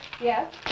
Yes